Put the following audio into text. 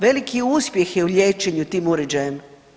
Veliki uspjeh je u liječenju tim uređajem.